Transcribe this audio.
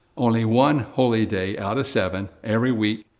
only one holy day out of seven every week,